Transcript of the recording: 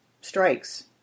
strikes